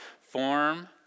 form